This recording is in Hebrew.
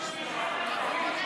תודה, אדוני